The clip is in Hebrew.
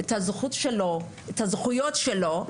את הזכויות שלו,